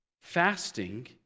Fasting